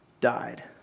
died